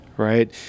right